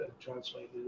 translated